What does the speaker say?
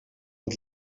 het